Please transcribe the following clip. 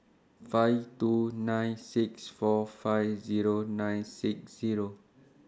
five two nine six four five Zero nine six Zero